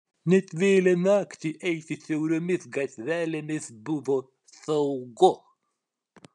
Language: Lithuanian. net vėlią naktį eiti siauromis gatvelėmis buvo saugu